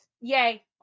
Yay